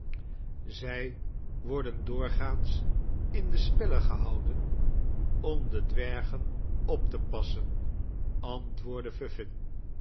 zij worden doorgaans in de spellen gehouden om de dwergen op te passen antwoordde